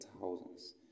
thousands